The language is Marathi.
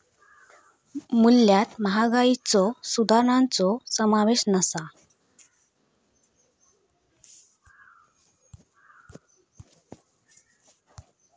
मूल्यात महागाईच्यो सुधारणांचो समावेश नसा